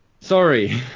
Sorry